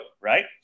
right